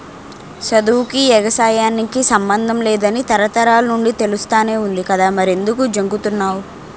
సదువుకీ, ఎగసాయానికి సమ్మందం లేదని తరతరాల నుండీ తెలుస్తానే వుంది కదా మరెంకుదు జంకుతన్నావ్